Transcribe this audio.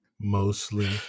mostly